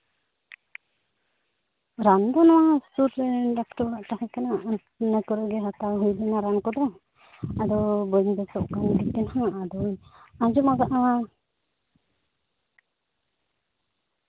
ᱨᱟᱱ ᱫᱚ ᱱᱚᱣᱟ ᱥᱩᱨ ᱨᱮ ᱰᱟᱠᱛᱚᱨ ᱚᱲᱟᱜ ᱛᱟᱦᱮᱸᱠᱟᱱᱟ ᱤᱱᱟᱹ ᱠᱚᱨᱮᱜᱮ ᱦᱟᱛᱟᱣ ᱦᱩᱭᱞᱮᱱᱟ ᱨᱟᱱ ᱠᱚᱫᱚ ᱟᱫᱚ ᱵᱟᱹᱧ ᱵᱮᱥᱚᱜ ᱠᱟᱱ ᱠᱷᱟᱹᱛᱤᱨ ᱛᱮ ᱟᱫᱚᱧ ᱟᱸᱡᱚᱢᱟᱠᱟᱜᱼᱟ